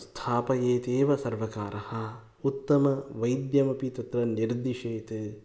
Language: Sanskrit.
स्थापयेदेव सर्वकारः उत्तमवैद्यमपि तत्र निर्दिशेत्